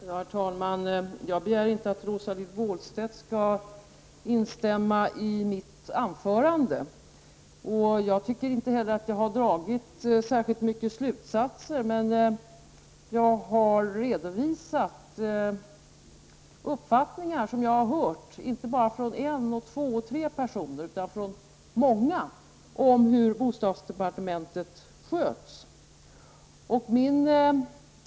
Herr talman! Jag begär inte att Rosa-Lill Wåhlstedt skall instämma i mitt anförande. Jag tycker inte heller att jag har dragit särskilt många slutsatser. Men jag har redovisat uppfattningar som jag har hört, inte bara från en och två och tre personer utan från många, om hur bostadsdepartementet sköts.